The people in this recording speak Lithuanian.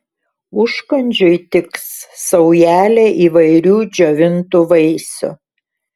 užkandžiui tiks saujelė įvairių džiovintų vaisių